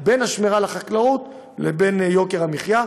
בין השמירה על החקלאות לבין יוקר המחיה.